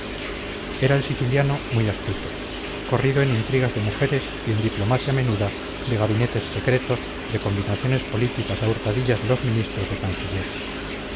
era el siciliano muy astuto corrido en intrigas de mujeres y en diplomacia menuda de gabinetes secretos de combinaciones políticas a hurtadillas de los ministros o cancilleres